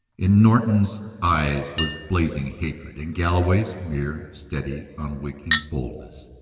in norton's eyes was blazing hatred, in galloway's mere steady, unwinking boldness.